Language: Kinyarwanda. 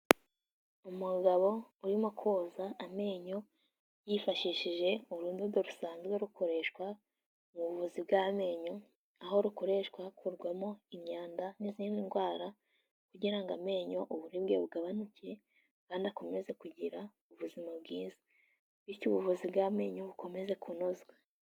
Umugabo urimo koza amenyo yifashishije urundodo rusanzwe rukoreshwa mu buvuzi bw'amenyo, aho rukoreshwa hakurwamo imyanda n'izindi ndwara kugira ngo amenyo uburibwe bugabanuke, kandi akomeze kugira ubuzima bwiza, bityo ubuvuzi bw'amenyo bukomeze kunozwa.